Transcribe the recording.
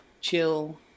chill